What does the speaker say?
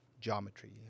geometry